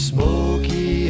Smoky